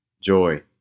joy